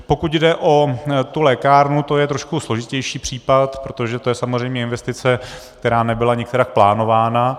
Pokud jde o tu lékárnu, to je trošku složitější případ, protože to je samozřejmě investice, která nebyla nikterak plánována.